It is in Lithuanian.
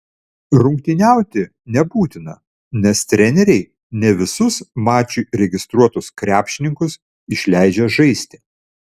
rungtyniauti nebūtina nes treneriai ne visus mačui registruotus krepšininkus išleidžia žaisti